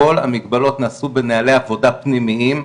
כל המגבלות נעשו בנהלי עבודה פנימיים,